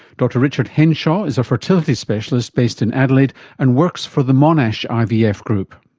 dr richard henshaw is a fertility specialist based in adelaide and works for the monash ivf group.